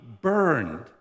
burned